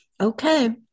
Okay